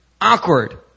awkward